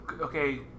okay